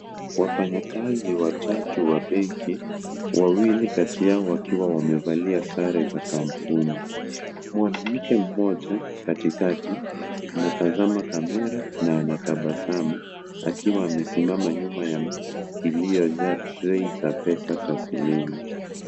Wafanyakazi watatu wa benki, wawili kati yao wakiwa wamevalia sare za kampuni, mwanamke mmoja katikati anatazama camera na anatabasamu akiwa amesimama nyuma ya meza iliyojaa tray za pesa taslimu.